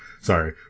sorry